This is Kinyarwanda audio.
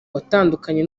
watandukanye